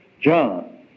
John